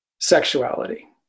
Sexuality